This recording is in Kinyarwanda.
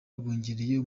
rwongerera